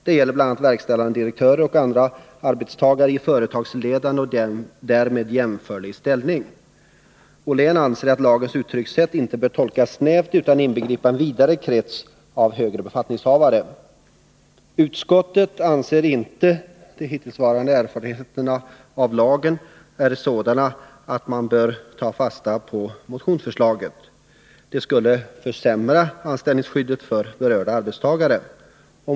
Det gäller bl.a. verkställande direktörer och andra arbetstagare i företagsledande och därmed jämförlig ställning. Joakim Ollén anser att lagens uttryckssätt inte bör tolkas snävt utan inbegripa en vidare krets av högre befattningshavare. Utskottet anser inte de hittillsvarande erfarenheterna av lagen vara sådana att man bör ta fasta på motionsförslaget — det skulle försämra anställningsskyddet för berörda arbetstagare.